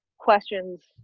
questions